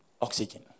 oxygen